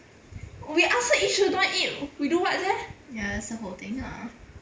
we ask her eat she also don't want eat we do what sia